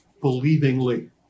believingly